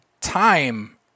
time